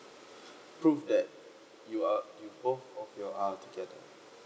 proof that you are you both of you are together